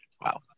wow